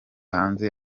hanze